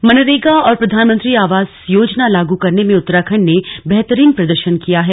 slug MNREGA MNREGA और प्रधानमंत्री आवास योजना लागू करने में उत्तराखंड ने बेहतरीन प्रदर्शन किया है